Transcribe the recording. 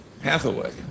Hathaway